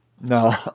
No